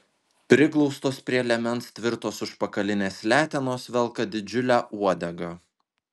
priglaustos prie liemens tvirtos užpakalinės letenos velka didžiulę uodegą